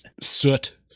soot